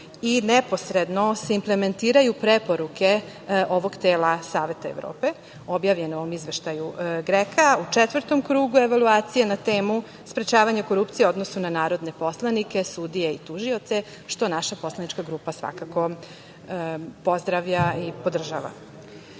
i neposredno se implementiraju preporuke ovog tela Saveta Evrope objavljene u izveštaju GREKO-a u četvrtom krugu evaluacije na temu – sprečavanje korupcije u odnosu na narodne poslanike, sudije i tužioce, što naša poslanička grupa svakako pozdravlja i podržava. Činjenica